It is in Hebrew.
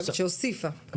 שהוסיפה.